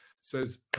says